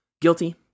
Guilty